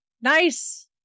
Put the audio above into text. nice